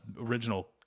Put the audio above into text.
original